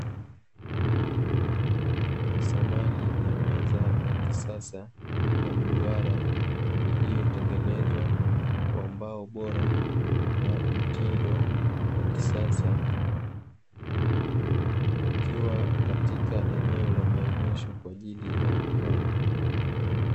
Samani ya meza ya kisasa ya mduara, iliyotengenezwa kwa mbao bora na mtindo wa kisasa, Ukiwa katika eneo la maonesho kwa ajili ya uuzaji.